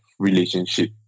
Relationship